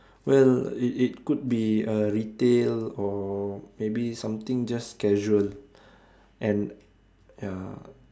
well it it could be uh retail or maybe something just casual and ya